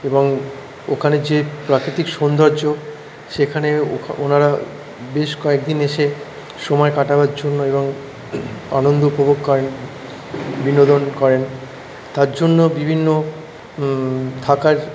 এবং ওখানে যে প্রাকৃতিক সৌন্দর্য সেখানে ওনারা বেশ কয়েকদিন এসে সময় কাটাবার জন্য এবং আনন্দ উপভোগ করেন বিনোদন করেন তার জন্য বিভিন্ন থাকার